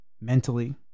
mentally